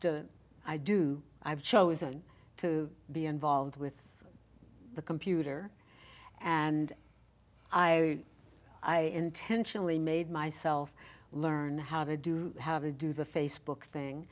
to i do i've chosen to be involved with the computer and i i intentionally made myself learn how to do how to do the facebook thing